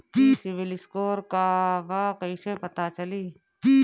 ई सिविल स्कोर का बा कइसे पता चली?